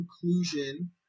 conclusion